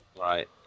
Right